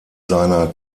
seiner